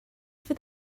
fydd